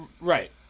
Right